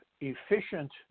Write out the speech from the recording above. efficient